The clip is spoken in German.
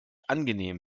angenehm